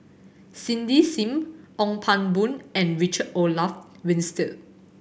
Cindy Sim Ong Pang Boon and Richard Olaf Winstedt